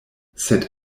sed